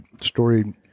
story